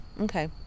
okay